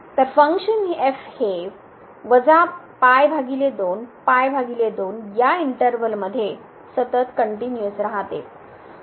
तर फंक्शनहे या इंटर्वल मध्ये सतत कनट्युनिअस राहते